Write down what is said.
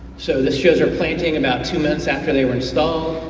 so this shows our planting about two months after they were installed.